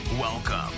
welcome